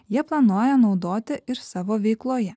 jie planuoja naudoti ir savo veikloje